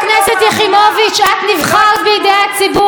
חברת הכנסת יחימוביץ, את נבחרת בידי הציבור.